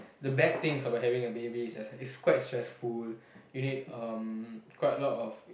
the bad things about having a baby is is quite stressful you need um quite a lot of